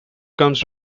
comes